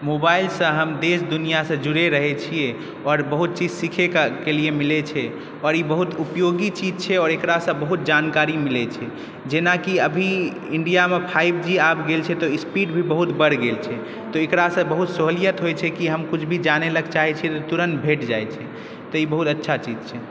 mobile सॅं हम देश दुनिऑं सॅं जुड़े रहै छियै और बहुत चीज सीखै के लिये मिलै छै ई बहुत उपयोगी चीज छै आओर एकरा सॅं बहुत जानकारी मिलै छै जेना कि अभी इंडिया मे फाइव जी आबि गेल छै तऽ स्पीड भी बहुत बढ़ि गेल छै एकरा सऽ बहुत सहुलियत होइ छै कि हम किछु भी जानै लए चाहै छियै तुरन्त भेट जाइ छै ई बहुत अच्छा चीज छै